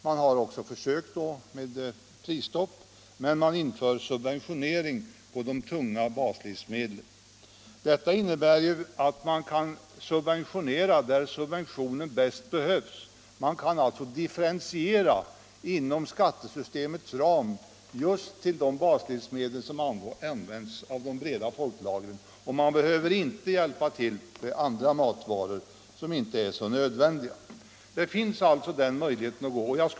Man har även försökt med prisstopp tillsammans med subventionering av de tunga baslivsmedlen. Detta innebär att man kan subventionera där subventioner bäst behövs. Man kan alltså differentiera inom skattesystemets ram just de baslivsmedel som används av de breda folklagren. Man behöver inte hjälpa beträffande andra matvaror som inte är så nödvändiga. Den vägen finns alltså att gå.